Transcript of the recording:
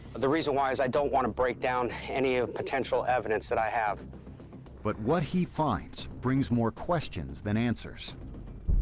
the reason why is, i don't want to break down any ah potential evidence that i have. narrator but what he finds brings more questions than answers.